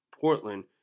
portland